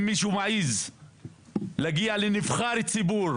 אם מישהו מעז להגיע לביתו של נבחר ציבור,